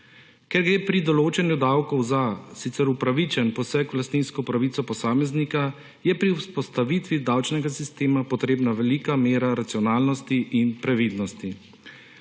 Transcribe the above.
Ker gre pri določanju davkov za sicer upravičen poseg v lastninsko pravico posameznika, je pri vzpostavitvi davčnega sistema potrebna velika mera racionalnosti in previdnosti.